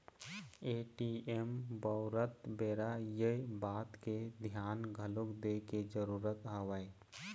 ATM बउरत बेरा ये बात के धियान घलोक दे के जरुरत हवय